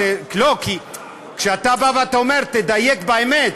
לא, כי כשאתה בא ואתה אומר, תדייק באמת.